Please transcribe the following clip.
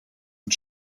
and